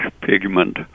pigment